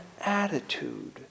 attitude